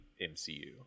MCU